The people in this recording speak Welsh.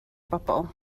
bobol